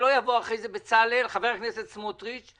שלא יבוא אחרי כן חבר הכנסת בצלאל סמוטריץ'